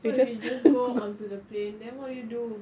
so you you just go onto the plane then what do you do